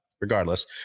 Regardless